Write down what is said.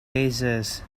razors